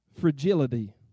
Fragility